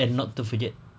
and not to forget